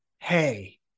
hey